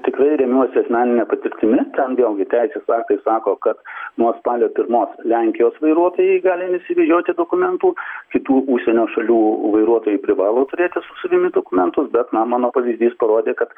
tikrai remiuosi asmenine patirtimi ten vėlgi teisės aktai sako kad nuo spalio pirmos lenkijos vairuotojai gali nesivežioti dokumentų kitų užsienio šalių vairuotojai privalo turėti su savimi dokumentus bet na mano pavyzdys parodė kad